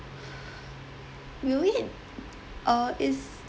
will we uh is